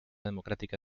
democrática